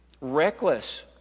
reckless